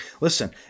Listen